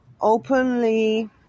openly